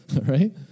right